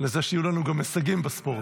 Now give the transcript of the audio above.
לזה שיהיו לנו גם הישגים בספורט.